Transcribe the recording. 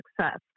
success